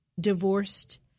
divorced